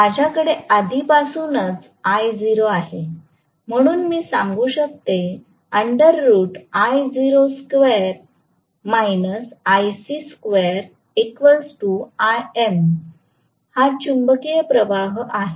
माझ्याकडे आधीपासूनच I0 आहे म्हणून मी सांगू शकते हा चुंबकीय प्रवाह आहे